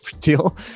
deal